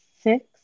six